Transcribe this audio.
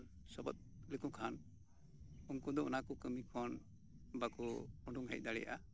ᱜᱚᱲᱚ ᱥᱚᱯᱚᱦᱚᱫ ᱞᱮᱠᱚ ᱠᱷᱟᱱ ᱩᱱᱠᱩ ᱫᱚ ᱚᱱᱟ ᱠᱚ ᱠᱟᱹᱢᱤ ᱠᱷᱚᱱ ᱵᱟᱝᱠᱚ ᱳᱰᱩᱝ ᱦᱮᱡ ᱫᱟᱲᱮᱭᱟᱜᱼᱟ